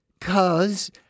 cause